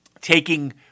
taking